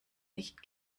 nicht